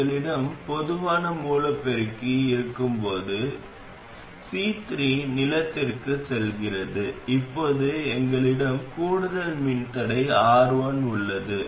எங்களிடம் பொதுவான மூலப் பெருக்கி இருக்கும் போது எங்களிடம் C3 நிலத்திற்குச் செல்கிறது இப்போது எங்களிடம் கூடுதல் மின்தடை R1 உள்ளது